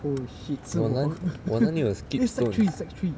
我哪里有 skip stone